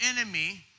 enemy